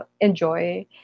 enjoy